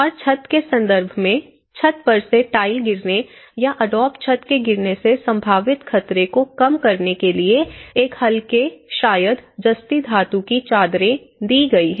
और छत के संदर्भ में छत पर से टाइल गिरने या एडोब छत के गिरने से संभावित खतरे को कम करने के लिए एक हल्के शायद जस्ती धातु की चादरें दी गई हैं